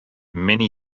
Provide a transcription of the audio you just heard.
many